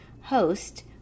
host